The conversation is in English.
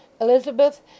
Elizabeth